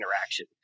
interaction